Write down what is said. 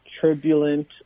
turbulent